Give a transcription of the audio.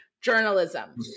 journalism